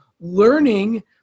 learning